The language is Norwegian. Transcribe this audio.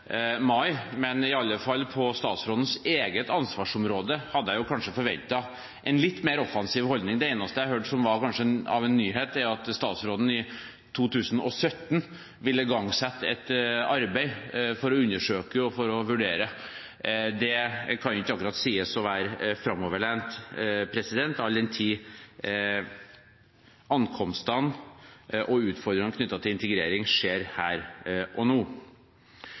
mai, men i alle fall på statsrådens eget ansvarsområde hadde jeg kanskje forventet en litt mer offensiv holdning. Det eneste jeg hørte som kanskje var en nyhet, var at statsråden i 2017 vil igangsette et arbeid for å undersøke og vurdere. Det kan ikke akkurat sies å være framoverlent all den tid ankomstene og utfordringene knyttet til integrering skjer her og nå.